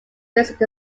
risk